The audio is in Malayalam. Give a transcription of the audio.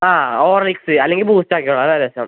ആ ഹോർലിക്സ് അല്ലെങ്കിൽ ബൂസ്റ്റ് ആക്കിക്കോ അതാണ് രസം